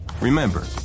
Remember